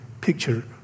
picture